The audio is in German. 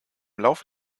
laufe